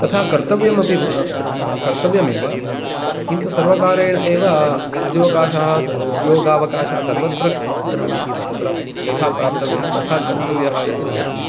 तथा कर्तव्यमपि कर्तव्यमेव किन्तु सर्वकारेण एव उद्योगाशास् उद्योगावकाशाः सर्वत्र तत्र यथा प्राप्तव्या तथा कर्तव्यः इति नास्ति